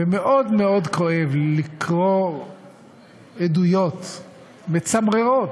ומאוד מאוד כואב לקרוא עדויות מצמררות,